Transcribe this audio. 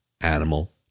animal